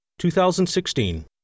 2016